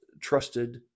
trusted